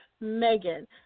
Megan